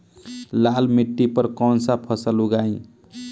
लाल मिट्टी पर कौन कौनसा फसल उगाई?